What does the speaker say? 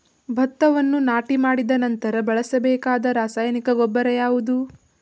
ಭತ್ತವನ್ನು ನಾಟಿ ಮಾಡಿದ ನಂತರ ಬಳಸಬೇಕಾದ ರಾಸಾಯನಿಕ ಗೊಬ್ಬರ ಯಾವುದು?